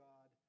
God